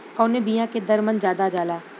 कवने बिया के दर मन ज्यादा जाला?